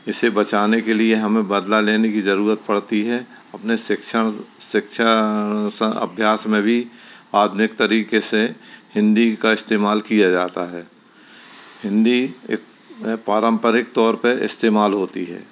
इसे बचाने के लिए हमें बदला लेने की जरूरत पड़ती है अपने शिक्षण शिक्षा अभ्यास में भी आधुनिक तरीके से हिन्दी का इस्तेमाल किया जाता है हिन्दी एक पारंपरिक तौर पे इस्तेमाल होती है